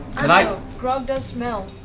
and i mean grog does smell.